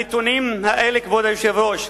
הנתונים האלה, כבוד היושב-ראש,